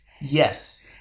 Yes